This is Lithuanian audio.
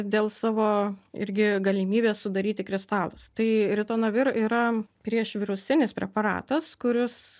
dėl savo irgi galimybės sudaryti kristalus tai ritonavir yra priešvirusinis preparatas kuris